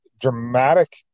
dramatic